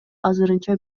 азырынча